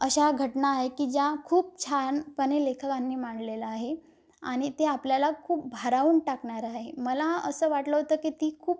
अशा घटना आहे की ज्या खूप छानपणे लेखकांनी मांडलेलं आहे आणि ते आपल्याला खूप भारावून टाकणार आहे मला असं वाटलं होतं की ती खूप